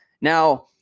Now